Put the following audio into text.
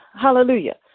hallelujah